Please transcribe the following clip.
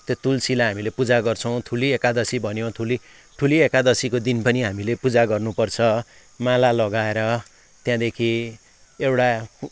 त्यो तुलसीलाई हामी पूजा गर्छौँ ठुली एकादशी भन्यो ठुली ठुली एकादशीको दिन पनि हामीले पूजा गर्नुपर्छ माला लगाएर त्यहाँदेखि एउटा